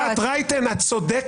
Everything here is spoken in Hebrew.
חברת הכנסת רייטן, את צודקת.